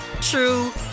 true